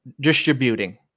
distributing